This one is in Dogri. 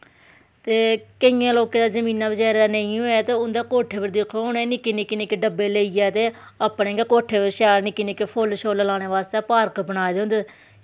ते केईयें लोकें दे जमीना नेईं होन ते उंदै कोट्ठै पर दिक्खो निक्के निक्के निक्के डब्बे लेईयै ते अपने गै कोट्ठै पर शैल निक्के निक्के फुल शुल लाने बास्तै पार्क बनाए दे होंदे